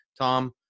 Tom